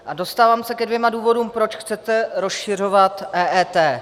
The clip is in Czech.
A dostávám se ke dvěma důvodům, proč chcete rozšiřovat EET.